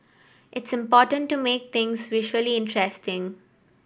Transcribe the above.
it's important to make things visually interesting